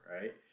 right